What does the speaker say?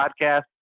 podcast